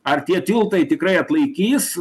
ar tie tiltai tikrai atlaikys